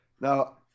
Now